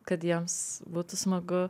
kad jiems būtų smagu